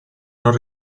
non